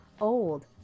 old